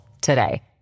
today